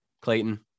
Clayton